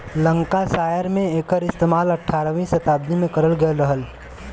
Lancashire में एकर इस्तेमाल अठारहवीं सताब्दी में करल गयल रहल